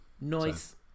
Nice